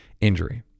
injury